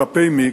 כלפי מי?